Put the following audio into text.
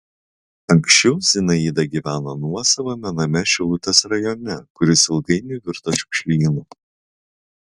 anksčiau zinaida gyveno nuosavame name šilutės rajone kuris ilgainiui virto šiukšlynu